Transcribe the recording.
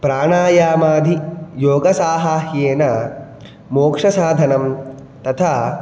प्राणायामादियोगसाहाय्येन मोक्षसाधनं तथा